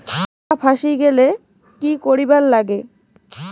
টাকা ফাঁসি গেলে কি করিবার লাগে?